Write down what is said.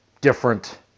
different